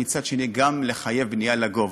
ומצד שני גם לחייב בנייה לגובה.